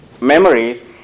memories